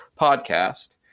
podcast